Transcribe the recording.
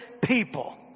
people